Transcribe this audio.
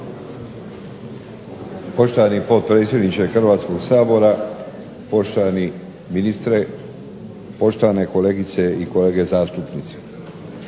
Poštovani potpredsjedniče Hrvatskog sabora, poštovani ministre, poštovane kolegice i kolege zastupnici.